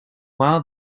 while